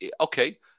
okay